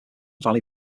valley